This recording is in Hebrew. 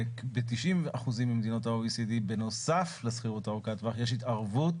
ב 90% ממדינות ה OECD בנוסף לשכירות ארוכת טווח יש התערבות